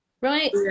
right